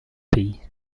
pays